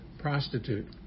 prostitute